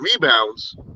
rebounds